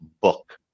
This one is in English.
book